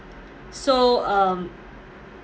so um